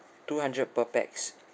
two hundred per pax